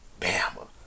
Bama